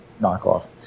knockoff